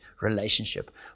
relationship